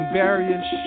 various